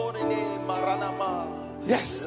Yes